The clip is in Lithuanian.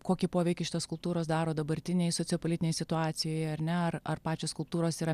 kokį poveikį šitos skulptūros daro dabartinėj sociopolitinėj situacijoje ar ne ar ar pačios skulptūros yra